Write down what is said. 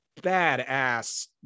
badass